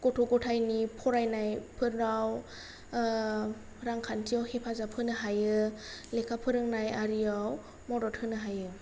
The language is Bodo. गथ' गथायनि फरायनायफोराव रांखान्थियाव हेफाजाब होनो हायो लेखा फोरोंनाय आरियाव मदद होनो हायो